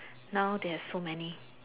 now they have so many